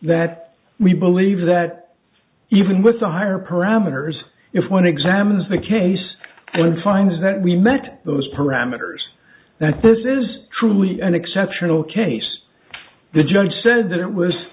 that we believe that even with the higher parameters if one examines the case and finds that we met those parameters that this is truly an exceptional case the judge said that it was